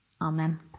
Amen